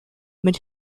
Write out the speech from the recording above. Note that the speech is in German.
mit